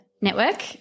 network